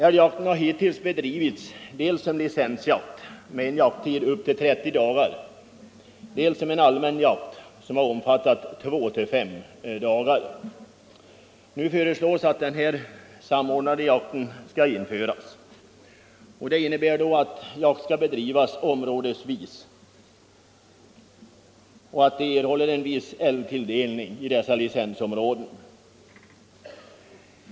Älgjakten har hittills bedrivits dels såsom licensjakt med en jakttid på upp till 30 dagar, dels såsom allmän jakt som har omfattat mellan två och fem dagar. Nu föreslås att samordnad jakt skall införas. Det innebär att jakt skall bedrivas områdesvis med en viss älgtilldelning i dessa licensområden.